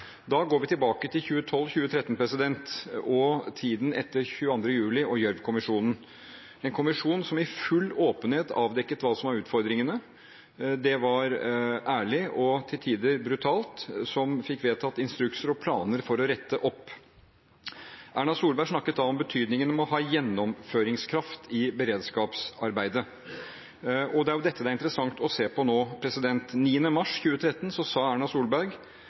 Da går vi tilbake til 2012–2013 og tiden etter 22. juli og Gjørv-kommisjonen, en kommisjon som i full åpenhet avdekket hva som var utfordringene – det var ærlig og til tider brutalt – og som fikk vedtatt instrukser og planer for å rette opp. Erna Solberg snakket da om betydningen av å ha gjennomføringskraft i beredskapsarbeidet. Det er dette det er interessant å se på nå. Den 9. mars 2013 sa Erna Solberg